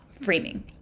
framing